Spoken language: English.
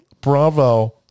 bravo